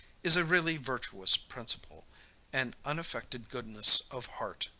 is a really virtuous principle an unaffected goodness of heart.